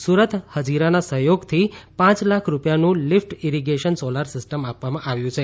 સુરત હજીરા ના સહયોગ થી પાંચ લાખ રૂપિયાનું લિફ્ટ ઇરીગેશન સોલર સિસ્ટમ આપવામાં આવ્યું છે